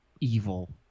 evil